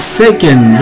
second